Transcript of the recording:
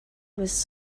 was